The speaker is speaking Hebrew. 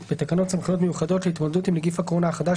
תיקון תקנה 15 בתקנות סמכויות מיוחדות להתמודדות עם נגיף הקורונה החדש